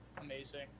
amazing